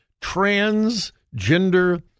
transgender